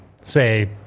say